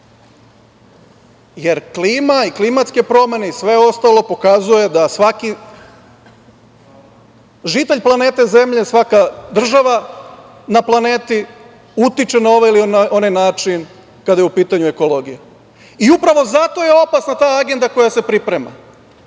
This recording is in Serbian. jer klima i klimatske promene i sve ostalo pokazuje da svaki žitelj planete zemlje, svaka država na planeti utiče na ovaj ili na onaj način kada je u pitanju ekologija. Upravo zato je opasna ta agenda koja se priprema,